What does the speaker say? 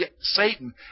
Satan